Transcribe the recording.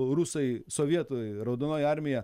rusai sovietai raudonoji armija